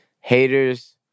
Haters